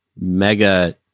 mega